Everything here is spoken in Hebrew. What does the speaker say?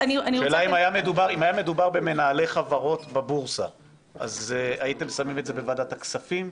אם היה מדובר במנהלי חברות בבורסה אז הייתם שמים את זה בוועדת הכספים?